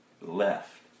left